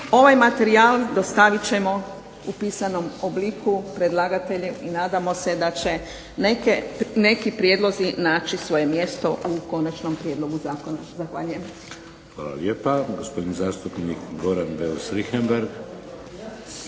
Ovaj materijal dostavit ćemo u pisanom obliku predlagatelju i nadamo se da će neki prijedlozi naći svoje mjesto u konačnom prijedlogu zakona. Zahvaljujem. **Šeks, Vladimir (HDZ)** Hvala lijepa. Gospodin zastupnik Goran Beus Richembergh.